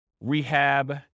rehab